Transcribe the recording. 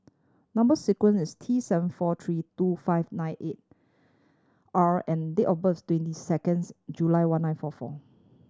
number sequence is T seven four three two five nine eight R and date of birth twenty seconds July one nine four four